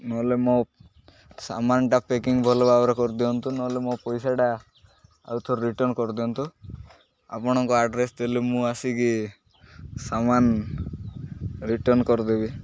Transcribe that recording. ନହେଲେ ମୋ ସାମାନଟା ପ୍ୟାକିଂ ଭଲ ଭାବରେ କରିଦିଅନ୍ତୁ ନହେଲେ ମୋ ପଇସାଟା ଆଉଥର ରିଟର୍ଣ୍ଣ କରିଦିଅନ୍ତୁ ଆପଣଙ୍କ ଆଡ଼୍ରେସ୍ ଦେଲେ ମୁଁ ଆସିକି ସାମାନ ରିଟର୍ଣ୍ଣ କରିଦେବି